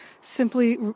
simply